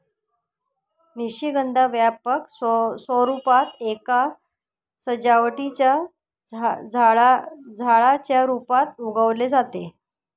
निशिगंधा व्यापक स्वरूपात एका सजावटीच्या झाडाच्या रूपात उगवले जाते